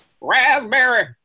Raspberry